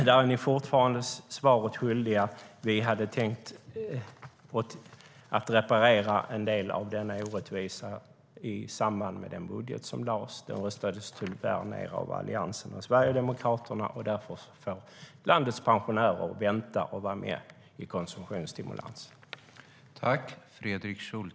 Där är ni fortfarande svaret skyldiga. Vi hade tänkt reparera en del av denna orättvisa i samband med den budget som lades fram. Den röstades tyvärr ned av Alliansen och Sverigedemokraterna. Därför får landets pensionärer vänta på att vara med i konsumtionsstimulansen.